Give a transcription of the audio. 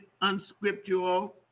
unscriptural